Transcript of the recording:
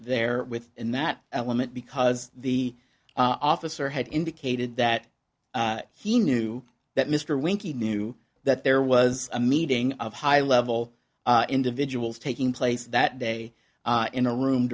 there with in that element because the officer had indicated that he knew that mr winky knew that there was a meeting of high level individuals taking place that day in a room